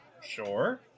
Sure